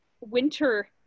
winter